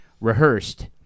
rehearsed